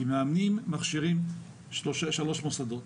כי מאמנים מכשירים ארבעה מוסדות,